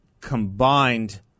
combined